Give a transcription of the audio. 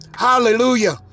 Hallelujah